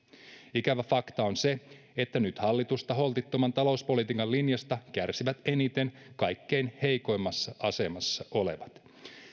ikävä fakta on se että nyt hallituksen holtittoman talouspolitiikan linjasta kärsivät eniten kaikkein heikoimmassa asemassa olevat